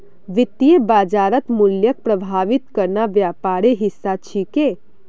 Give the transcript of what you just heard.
वित्तीय बाजारत मूल्यक प्रभावित करना व्यापारेर हिस्सा छिके